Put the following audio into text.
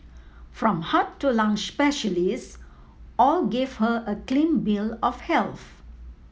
from heart to lung specialists all gave her a clean bill of health